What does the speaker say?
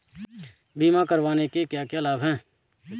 बीमा करवाने के क्या क्या लाभ हैं?